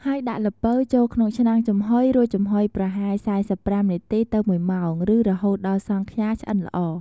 ហើយដាក់ល្ពៅចូលក្នុងឆ្នាំងចំហុយ រួចចំហុយប្រហែល ៤៥ នាទី ទៅ ១ ម៉ោង ឬរហូតដល់សង់ខ្យាឆ្អិនល្អ ។